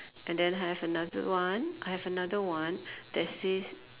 and then I have another one I have another one that says